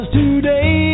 today